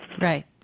Right